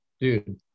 Dude